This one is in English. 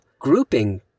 grouping